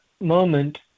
moment